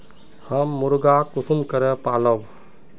हम मुर्गा कुंसम करे पालव?